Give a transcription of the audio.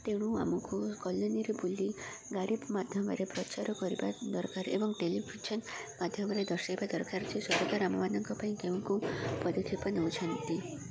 ତେଣୁ ଆମକୁ କଲନୀରେ ବୁଲି ଗାରିବ ମାଧ୍ୟମରେ ପ୍ରଚାର କରିବା ଦରକାର ଏବଂ ଟେଲିଭିଜନ ମାଧ୍ୟମରେ ଦର୍ଶେଇବା ଦରକାର ଯେ ସରକାର ଆମମାନଙ୍କ ପାଇଁ କେଉଁ ପଦକ୍ଷେପ ନଉଛନ୍ତି